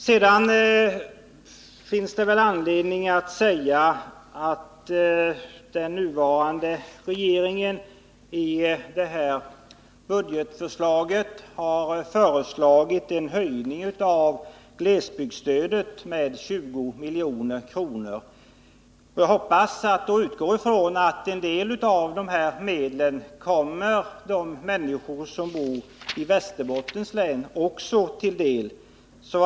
Det finns anledning att påpeka att den nuvarande regeringen i budgetförslaget föreslår en höjning av glesbygdsstödet med 20 milj.kr. Jag utgår ifrån att en del av dessa medel också kommer människorna i Västerbottens län till del.